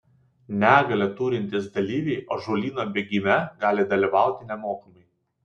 negalią turintys dalyviai ąžuolyno bėgime gali dalyvauti nemokamai